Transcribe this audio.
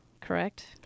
Correct